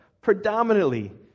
predominantly